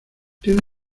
tiene